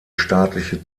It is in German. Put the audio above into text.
staatliche